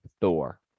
thor